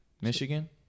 Michigan